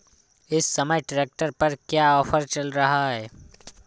इस समय ट्रैक्टर पर क्या ऑफर चल रहा है?